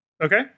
Okay